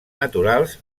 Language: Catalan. naturals